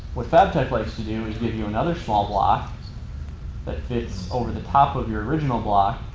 what fabtech likes to do is give you another small block that fits over the top of your original block.